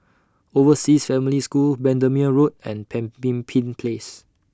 Overseas Family School Bendemeer Road and Pemimpin Place